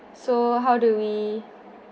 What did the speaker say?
so how do we